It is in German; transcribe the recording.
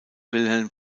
wilhelm